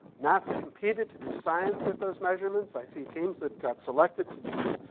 nasa competed to do science with those measurements. i see teams that got selected to do